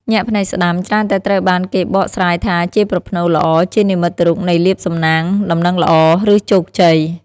ញាក់ភ្នែកស្តាំ ច្រើនតែត្រូវបានគេបកស្រាយថាជាប្រផ្នូល ល្អ ជានិមិត្តរូបនៃលាភសំណាង ដំណឹងល្អ ឬជោគជ័យ។